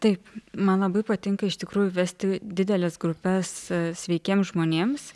taip man labai patinka iš tikrųjų vesti dideles grupes sveikiems žmonėms